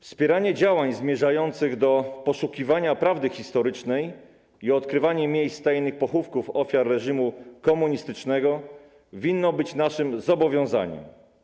Wspieranie działań zmierzających do poszukiwania prawdy historycznej i odkrywanie miejsc tajnych pochówków ofiar reżimu komunistycznego winno być naszym zobowiązaniem.